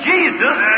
Jesus